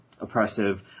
oppressive